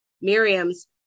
Miriam's